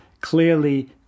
Clearly